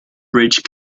bridge